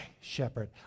shepherd